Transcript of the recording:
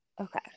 okay